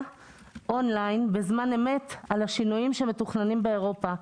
בזמן אמת על השינויים שמתוכננים באירופה.